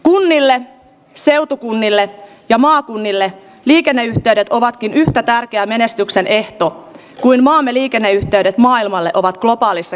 umille seutukunnille ja maakunnille liikenneympyrät ovatkin yhtä tärkeä menestyksen ehto kuin maamme liikenneyhteydet maailmalle ovat globaalissa